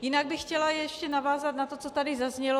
Jinak bych chtěla ještě navázat na to, co tady zaznělo.